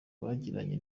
bagiranye